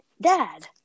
Dad